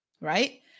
right